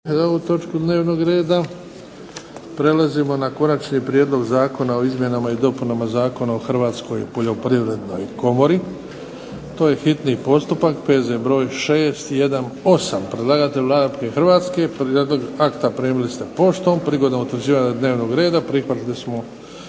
Luka (HDZ)** Prelazimo na - Konačni prijedlog zakona o izmjenama i dopunama Zakona o Hrvatskoj poljoprivrednoj komori, hitni postupak, prvo i drugo čitanje, P.Z. br. 618. Predlagatelj Vlada Republike Hrvatske. Prijedlog akta primili ste poštom. Prigodom utvrđivanja dnevnog reda prihvatili smo